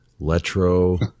Letro